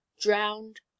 drowned